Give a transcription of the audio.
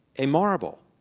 a marble.